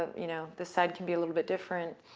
you know this side can be a little bit different,